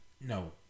No